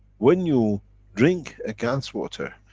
when you drink a gans water,